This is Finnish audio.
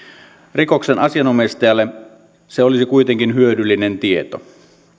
rikoksen asianomistajalle se olisi kuitenkin hyödyllinen tieto